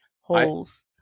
holes